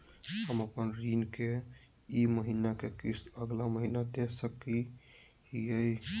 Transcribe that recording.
हम अपन ऋण के ई महीना के किस्त अगला महीना दे सकी हियई?